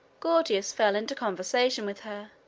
gordius fell into conversation with her,